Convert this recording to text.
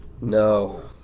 No